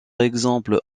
exemple